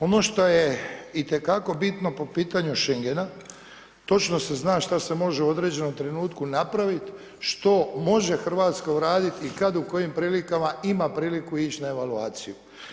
Ono što je itekako bitno po pitanju Schengena, točno se zna šta se može u određenom trenutku napraviti, što može Hrvatska uraditi i kad u kojim prilikama ima priliku ići na evaluaciju.